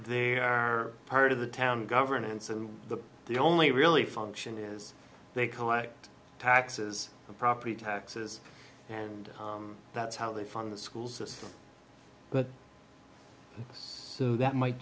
they're part of the town governance and the only really function is they collect taxes property taxes and that's how they fund the school system but so that might